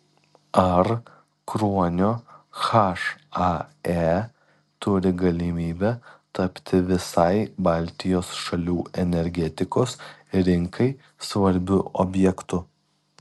ar kruonio hae turi galimybę tapti visai baltijos šalių energetikos rinkai svarbiu objektu